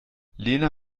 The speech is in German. lena